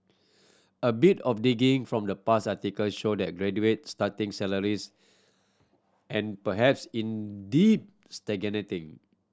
a bit of digging from the past article show that graduates starting salaries and perhaps indeed stagnating